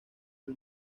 del